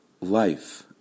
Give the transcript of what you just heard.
life